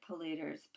polluters